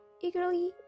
eagerly